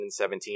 2017